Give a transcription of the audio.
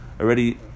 already